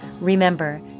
Remember